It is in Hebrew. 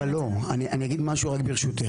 אבל לא, אני אגיד משהו רק ברשותך.